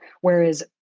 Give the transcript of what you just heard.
Whereas